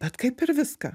bet kaip ir viską